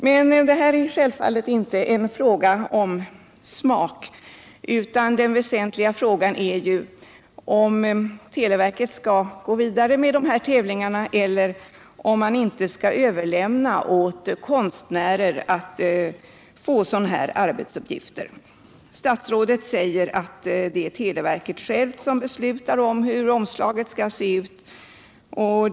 Men detta är självfallet inte en fråga om smak , utan den väsentliga frågan är om televerket skall gå vidare med dessa tävlingar, eller om man skall överlämna sådana arbetsuppgifter åt konstnärer. Statsrådet säger att det är televerket som beslutar hur omslaget till telefonkatalogen skall se ut.